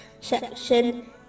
section